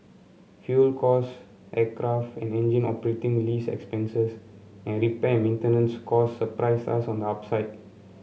fuel costs aircraft and engine operating lease expenses and repair and maintenance costs surprised us on the upside